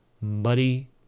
muddy